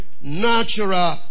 natural